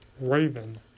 raven